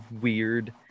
weird